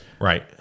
right